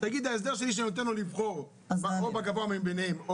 תגיד ההסדר שלי שאני נותן לו לבחור או בגבוה מביניהם,